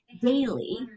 daily